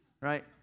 right